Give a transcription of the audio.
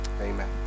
Amen